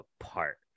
apart